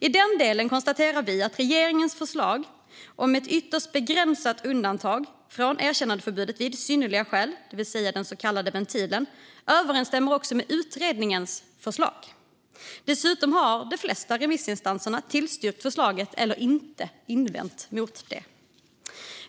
I den delen konstaterar vi att regeringens förslag om ett ytterst begränsat undantag från erkännandeförbudet vid synnerliga skäl, det vill säga den så kallade ventilen, överensstämmer med utredningens förslag. Dessutom har de flesta remissinstanser tillstyrkt förslaget eller inte invänt mot det.